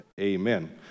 amen